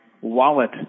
wallet